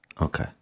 Okay